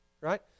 right